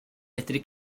medru